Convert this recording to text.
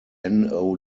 now